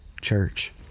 church